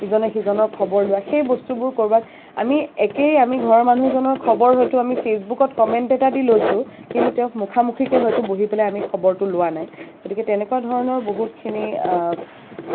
ইজনে সিজনৰ খবৰ লোৱা সেই বস্তুবোৰ ক'ৰবাত আমি একেই আমি ঘৰৰ মানুহজনৰ খবৰ হয়তো আমি ফেচবুকত কমেণ্ট এটা দি লৈছোঁ কিন্তু তেওঁক মুখমুখিকৈ হয়তো বহিপেলাই আমি খবৰটো লোৱা নাই গতিকে তেনেকুৱা ধৰণৰ বহুতখিনি